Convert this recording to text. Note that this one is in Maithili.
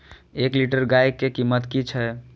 एक लीटर गाय के कीमत कि छै?